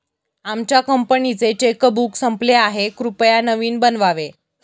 आमच्या कंपनीचे चेकबुक संपले आहे, कृपया नवीन बनवावे